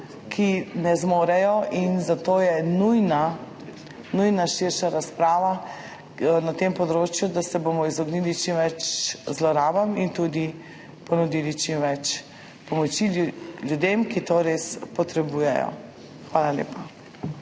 ki ne zmorejo in zato je nujna širša razprava na tem področju, da se bomo izognili čim več zlorabam in tudi ponudili čim več pomoči ljudem, ki to res potrebujejo. Hvala lepa.